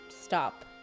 stop